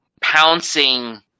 pouncing